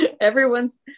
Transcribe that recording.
Everyone's